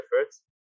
efforts